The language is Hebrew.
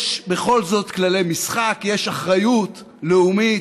יש בכל זאת כללי משחק, יש אחריות לאומית,